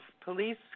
police